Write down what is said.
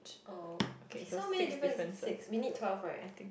oh okay so how many difference six we need twelve right